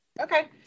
okay